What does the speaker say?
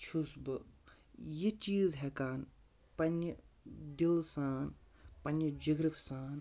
چھُس بہٕ یہِ چیٖز ہٮ۪کان پنٛنہِ دِلہٕ سان پنٛنہِ جِگرٕ سان